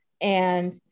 and-